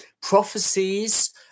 prophecies